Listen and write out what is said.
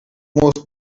most